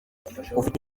ufite